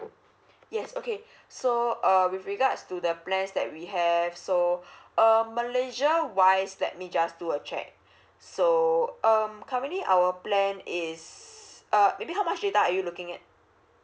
yes okay so uh with regards to the plans that we have so um malaysia wise let me just do a check so um currently our plan is uh maybe how much data are you looking at